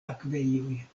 akvejoj